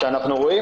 כשאנחנו רואים